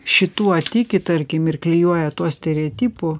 šituo tiki tarkim ir klijuoja tuo stereotipu